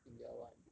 in year one